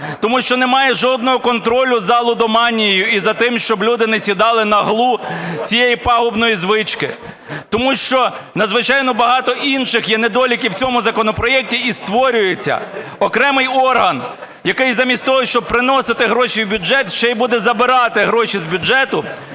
тому що немає жодного контролю за лудоманією і за тим, щоб люди не "сідали на іглу" цієї пагубної звички. Тому що надзвичайно багато інших є недоліків в цьому законопроекті. І створюється окремий орган, який замість того, щоб приносити гроші в бюджет, ще й буде забирати гроші з бюджету,